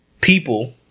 people